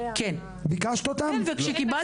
כן וכשביקשתי, קיבלתי.